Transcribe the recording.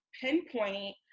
pinpoint